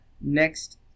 next